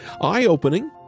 eye-opening